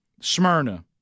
Smyrna